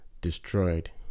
destroyed